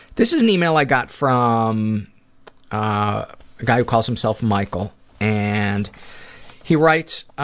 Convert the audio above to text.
this is an email i got from ah a guy who calls himself michael and he writes,